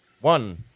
One